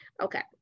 okay